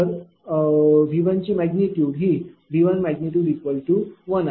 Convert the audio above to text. तर V1ची magnitude V1 1आहे